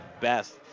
best